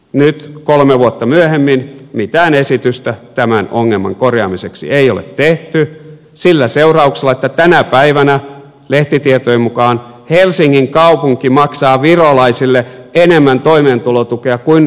nyt kolme vuotta myöhemmin mitään esitystä tämän ongelman korjaamiseksi ei ole tehty sillä seurauksella että tänä päivänä lehtitietojen mukaan helsingin kaupunki maksaa virolaisille enemmän toimeentulotukea kuin tallinnan kaupunki